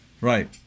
Right